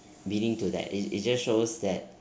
bidding to that it's it just shows that